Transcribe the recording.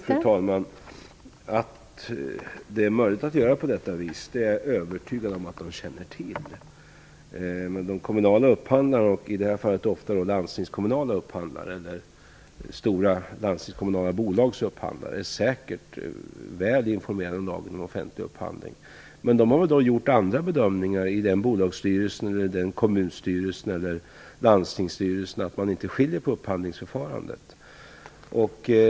Fru talman! Jag är övertygad om att de känner till att det är möjligt att göra på detta vis. De kommunala upphandlarna, och i det här fallet ofta stora landstingskommunala bolags upphandlare, är säkert väl informerade om lagen om offentlig upphandling. Men de har gjort andra bedömningar i bolagsstyrelsen, kommunstyrelsen eller landstingsstyrelsen och beslutat att inte skilja på upphandlingsförfarandet.